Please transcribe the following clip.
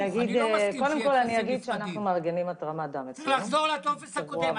אני לא מסכים --- צריך לחזור לטופס הקודם.